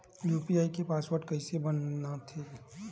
UPI के password कइसे बनाथे?